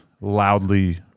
loudly